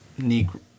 Negro